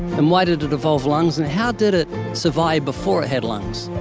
um why did it evolve lungs? and how did it survive before it had lungs